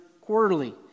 quarterly